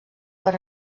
per